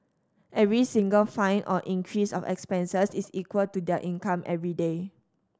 every single fine or increase of expenses is equal to their income everyday